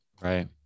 right